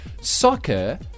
soccer